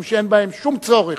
משום שאין בהן שום צורך.